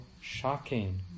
shocking